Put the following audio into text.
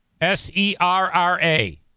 S-E-R-R-A